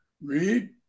Read